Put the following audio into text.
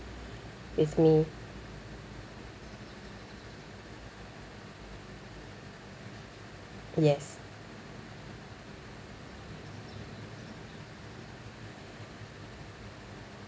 with me yes